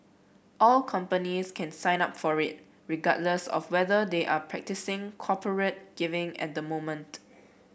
all companies can sign up for it regardless of whether they are practising corporate giving at the moment